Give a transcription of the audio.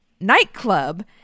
nightclub